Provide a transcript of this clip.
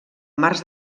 març